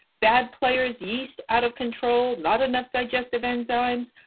bad players, yeast out of control, not enough digestive enzymes,